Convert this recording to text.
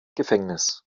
gefängnis